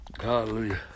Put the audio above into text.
hallelujah